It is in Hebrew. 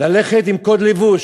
ללכת לפי קוד לבוש?